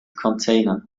container